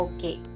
Okay